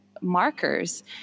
markers